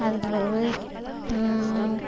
அதுக்கு பிறவு